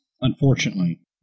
unfortunately